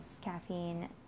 caffeine